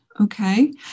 Okay